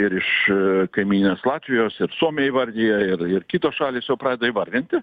ir iš kaimyninės latvijos ir suomiai įvardiję ir ir kitos šalys jau pradeda įvardinti